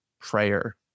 prayer